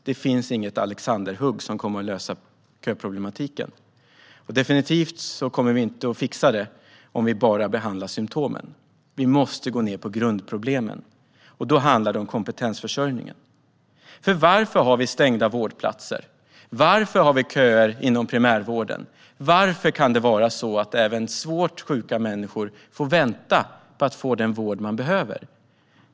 Det finns inget alexanderhugg som kommer att lösa köproblematiken, och vi kommer definitivt inte att fixa den om vi bara behandlar symtomen. Vi måste gå ned på grundproblemen, och då handlar det om kompetensförsörjningen. För varför har vi stängda vårdplatser? Varför har vi köer inom primärvården? Varför kan även svårt sjuka människor få vänta på att få den vård de behöver?